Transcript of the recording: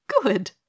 Good